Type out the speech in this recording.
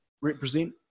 represent